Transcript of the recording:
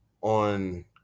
on